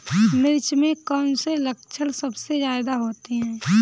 मिर्च में कौन से लक्षण सबसे ज्यादा होते हैं?